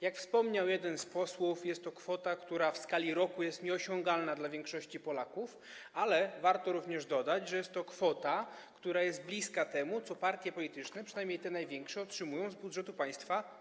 Jak wspomniał jeden z posłów, jest to kwota, która w skali roku jest nieosiągalna dla większości Polaków, ale warto również dodać, że jest to kwota, która jest bliska temu, co partie polityczne, przynajmniej te największe, otrzymują z budżetu państwa codziennie.